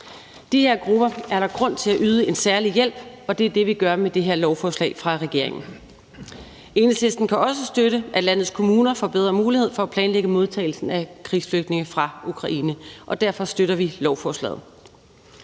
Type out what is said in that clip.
De her grupper er der grund til at yde en særlig hjælp, og det er det, vi gør med det her lovforslag fra regeringen. Enhedslisten kan også støtte, at landets kommuner får bedre mulighed for at planlægge modtagelsen af krigsflygtninge fra Ukraine, og derfor støtter vi lovforslaget.